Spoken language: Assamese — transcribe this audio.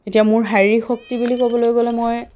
এতিয়া মোৰ শাৰিৰীক শক্তি বুলি ক'বলৈ গ'লে মই